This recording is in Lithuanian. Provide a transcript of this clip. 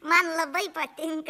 man labai patinka